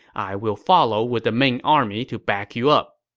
i will follow with the main army to back you up.